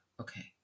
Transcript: Okay